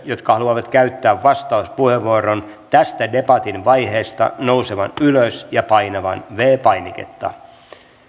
jotka haluavat käyttää vastauspuheenvuoron tästä debatin vaiheesta nousemaan ylös ja painamaan viides painiketta